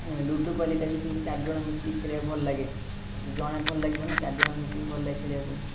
ludo ପାଲିଟା ବି ସେମିତି ଚାରିଜଣ ମିଶିକି ଖେଳିବାକୁ ଭଲ ଲାଗେ ଜଣେ ଭଲ ଲାଗିବନି ନା ଚାରିଜଣ ମିଶିକି ଭଲ ଲାଗେ ଖେଳିବାକୁ